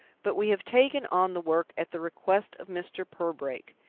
but we have taken on the work at the request of mr. purbrake,